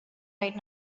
right